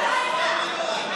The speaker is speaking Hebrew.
נגמרות.